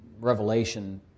Revelation